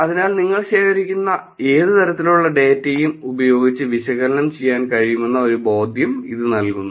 അതിനാൽ നിങ്ങൾ ശേഖരിക്കുന്ന ഏത് തരത്തിലുള്ള ഡാറ്റയും ഉപയോഗിച്ച് വിശകലനം ചെയ്യാൻ കഴിയുമെന്ന ഒരു ബോധം ഇത് നൽകുന്നു